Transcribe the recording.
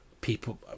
people